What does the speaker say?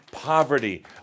Poverty –